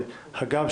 הגם,